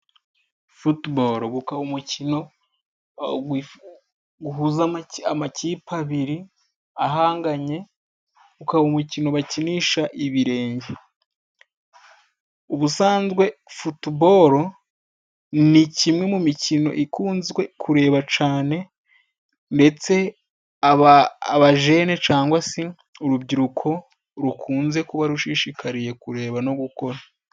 Futuboro gukaba umukino guhuza amakipe abiri ahanganye, ukaba umukino bakinisha ibirenge. Ubusanzwe futuboro ni kimwe mu mikino ikunzwe kureba cyane, ndetse abajene cangwa se urubyiruko rukunze kuba rushishiriye kureba no gukora.